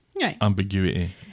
ambiguity